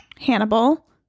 Hannibal